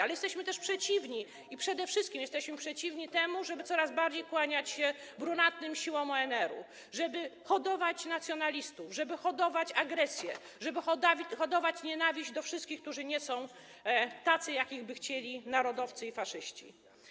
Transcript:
Ale jesteśmy też przeciwni - i przede wszystkim jesteśmy przeciwni - temu, żeby coraz bardziej kłaniać się brunatnym siłom ONR-u, żeby hodować nacjonalistów, żeby hodować agresję, żeby hodować nienawiść do wszystkich, którzy nie są tacy, jakich by chcieli narodowcy i faszyści.